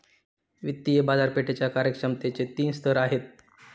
वित्तीय बाजारपेठेच्या कार्यक्षमतेचे तीन स्तर आहेत